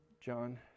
John